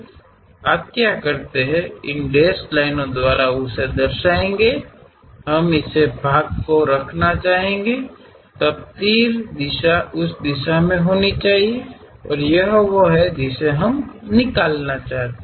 आप क्या करते हैं इन डेश लाइनों द्वारा उसे दर्शायागे हम इसे भाग को रखना चाहते हैं तब तीर दिशा उस दिशा में होनी चाहिए और यह वह है जिसे हम निकालना चाहते हैं